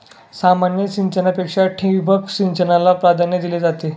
सामान्य सिंचनापेक्षा ठिबक सिंचनाला प्राधान्य दिले जाते